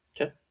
Okay